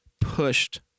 pushed